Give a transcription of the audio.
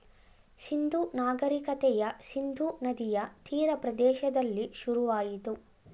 ಸಿಂಧೂ ನಾಗರಿಕತೆಯ ಸಿಂಧೂ ನದಿಯ ತೀರ ಪ್ರದೇಶದಲ್ಲಿ ಶುರುವಾಯಿತು